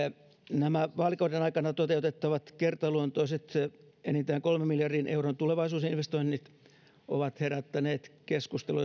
nämä vaalikauden aikana toteutettavat kertaluontoiset enintään kolmen miljardin euron tulevaisuusinvestoinnit ovat herättäneet keskustelua